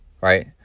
right